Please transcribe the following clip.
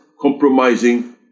compromising